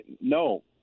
No